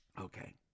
okay